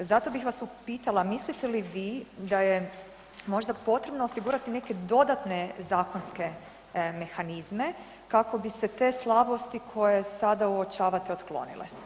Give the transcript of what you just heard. Zato bih vas upitala, mislite li vi da je možda potrebno osigurati neke dodatne zakonske mehanizme kako bi se te slabosti koje sada uočavate, otklonile?